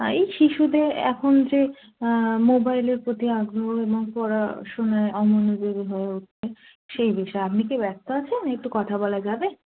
এই শিশুদের এখন যে মোবাইলের প্রতি আগ্রহ এবং পড়াশোনায় অমনোযোগী হয়ে উঠছে সেই বিষয়ে আপনি কি ব্যস্ত আছেন একটু কথা বলা যাবে